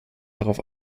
darauf